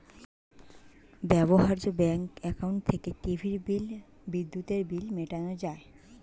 ব্যবহার্য bank account থেকে টিভির বিল, বিদ্যুতের বিল মেটানো যায়